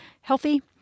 healthy